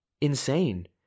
insane